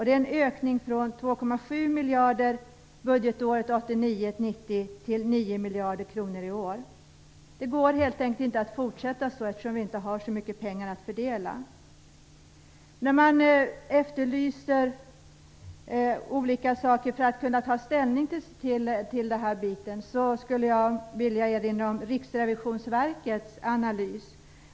Det är en ökning från 2,7 miljarder budgetåret 1989/90 till 9 miljarder kronor i år. Det går helt enkelt inte att fortsätta så, eftersom vi inte har så mycket pengar att fördela. Man efterlyser olika saker för att kunna ta ställning till detta, och jag skulle vilja erinra om Riksrevisionsverkets analys.